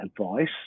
advice